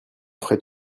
frais